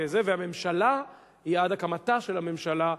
והממשלה היא עד הקמתה של הממשלה הבאה.